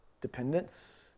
dependence